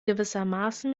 gewissermaßen